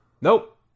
Nope